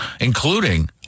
including